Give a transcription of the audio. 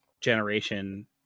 generation